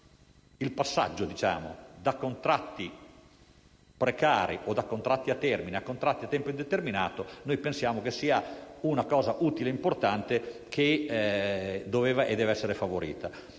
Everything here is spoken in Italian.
il passaggio da contratti precari o da contratti a termine a contratti a tempo indeterminato sia una cosa utile ed importante che doveva essere favorita.